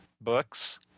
books –